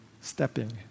stepping